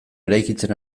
eraikitzen